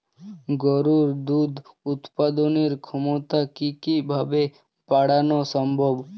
গরুর দুধ উৎপাদনের ক্ষমতা কি কি ভাবে বাড়ানো সম্ভব?